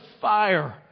fire